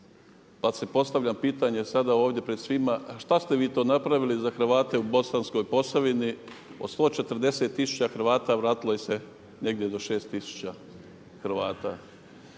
pa se postavlja pitanje sada ovdje pred svima, a šta ste vi to napravili za Hrvate u Bosanskoj Posavini? Od 140 tisuća Hrvata vratilo je se negdje do 6 tisuća Hrvata.